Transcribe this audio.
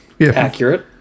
Accurate